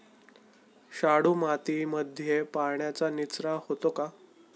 शाडू मातीमध्ये पाण्याचा निचरा होतो का?